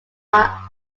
are